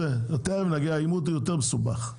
האימות יותר מסובך.